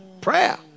Prayer